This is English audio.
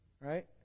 Right